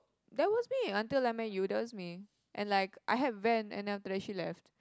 that was me until like my you that was me and like I had van and then after that she left